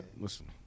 Listen